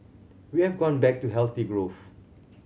we have gone back to healthy growth